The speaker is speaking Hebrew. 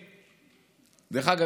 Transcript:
אגב,